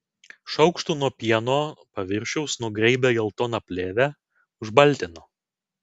šaukštu nuo pieno paviršiaus nugraibė geltoną plėvę užbaltino